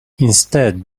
instead